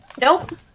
Nope